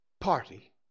party